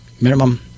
minimum